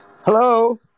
Hello